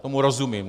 Tomu rozumím.